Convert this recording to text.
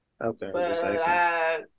Okay